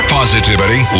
positivity